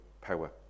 power